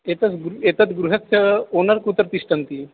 एतत् गृहं एतत् गृहस्य ओनर् कुत्र तिष्ठन्ति